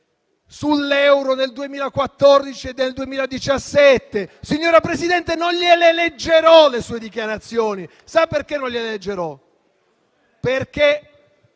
sull'euro del 2014 e del 2017. Signora Presidente, non gliele leggerò le sue dichiarazioni. Sa perché non gliele leggero? Perché,